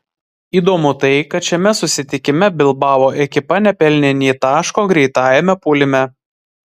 įdomu tai kad šiame susitikime bilbao ekipa nepelnė nė taško greitajame puolime